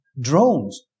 drones